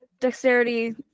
dexterity